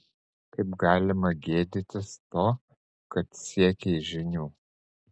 kaip galima gėdytis to kad siekei žinių